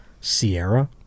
Sierra